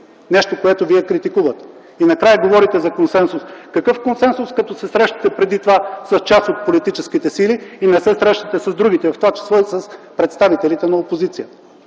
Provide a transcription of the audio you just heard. нещо, което Вие критикувате? И накрая говорите за консенсус. Какъв консенсус, като се срещате преди това с част от политическите сили и не се срещате с другите, в това число и с представителите на опозицията?